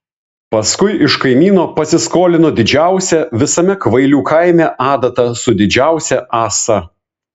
paskui iš kaimyno pasiskolino didžiausią visame kvailių kaime adatą su didžiausia ąsa